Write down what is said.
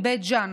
בבית ג'ן.